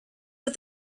but